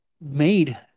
made